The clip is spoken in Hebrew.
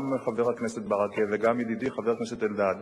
גם חבר הכנסת ברכה וגם ידידי חבר הכנסת אלדד,